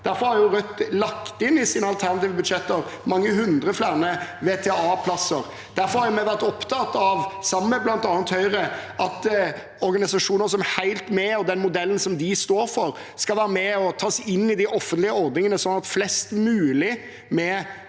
Derfor har Rødt lagt inn i sine alternative budsjetter mange hundre flere VTA-plasser. Derfor har vi vært opptatt av, sammen med bl.a. Høyre, at organisasjoner som HELT MED og den modellen som de står for, skal være med og tas inn i de offentlige ordningene, slik at flest mulig med